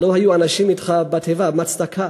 לא היו אנשים אתך בתיבה, מה צדקה?